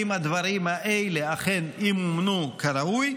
אם הדברים האלה אכן ימומנו כראוי,